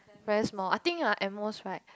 very small I think ah at most right